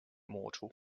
mortal